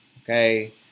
okay